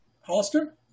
Hollister